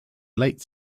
late